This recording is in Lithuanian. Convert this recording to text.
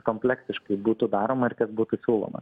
kompleksiškai būtų daroma ir kas būtų siūloma